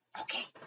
Okay